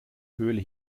höhle